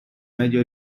medio